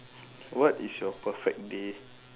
what is your perfect day